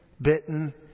bitten